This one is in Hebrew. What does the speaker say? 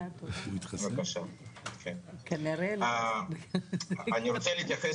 אני רוצה להתייחס,